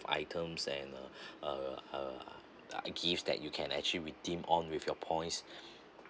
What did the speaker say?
items and uh uh uh gift that you can actually redeem on with your points